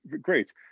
great